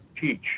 teach